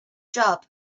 job